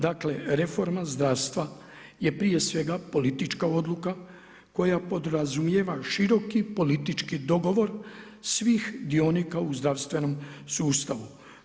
Dakle, reforma zdravstva je prije svega politička odluka koja podrazumijeva široki politički dogovor svih dionika u zdravstvenom sustavu.